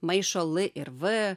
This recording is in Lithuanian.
maišo l ir v